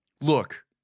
look